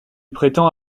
prétend